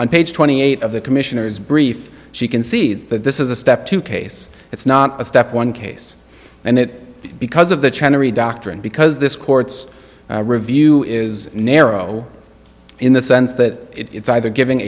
on page twenty eight of the commissioner's brief she concedes that this is a step two case it's not a step one case and it because of the doctrine because this court's review is narrow in the sense that it's either giv